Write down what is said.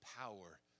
power